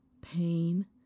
pain